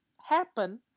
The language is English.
happen